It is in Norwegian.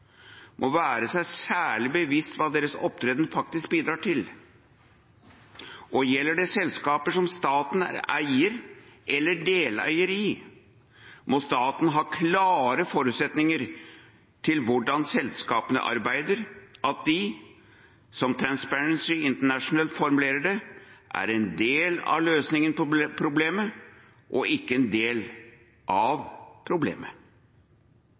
må være seg særlig bevisst hva deres opptreden faktisk bidrar til. Og gjelder det selskaper som staten er eier eller deleier i, må staten ha klare forventninger til hvordan selskapene arbeider, at de – som Transparency International formulerer det – er en del av løsningen på problemet og ikke en del av problemet.